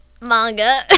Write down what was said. manga